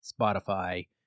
Spotify